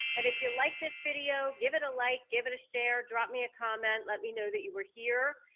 and if you liked this video, give it a like, give it a share. drop me a comment. let me know that you were here.